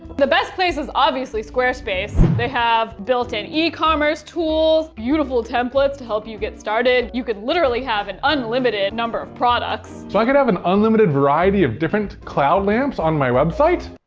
the best place is obviously squarespace. they have built-in e-commerce tools, beautiful templates to help you get started. you can literally have an unlimited number of products. so i can have an unlimited variety of different cloud lamps on my website?